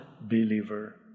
believer